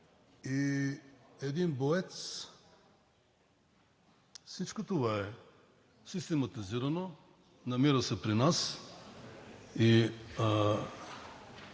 и един боец всичко това е систематизирано, намира се при нас и